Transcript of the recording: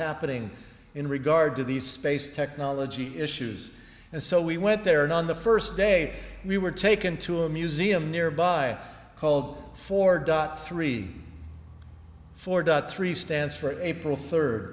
happening in regard to these space technology issues and so we went there and on the first day we were taken to a museum nearby called for dot three four dot three stands for april third